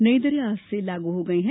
नई दरें आज से लागू हो गयी है